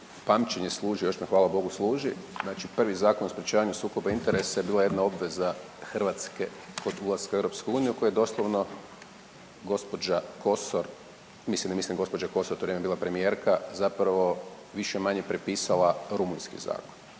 pamćenje služi, još me hvala Bogu služi, znači prvi Zakon o sprječavanju sukoba interesa je bila jedna obveza Hrvatske kod ulaska u EU koju je doslovno gospođa Kosor, mislim ne gospođa Kosor to ne bi bila premijerka, zapravo više-manje prepisala rumunjski zakon.